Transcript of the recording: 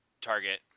target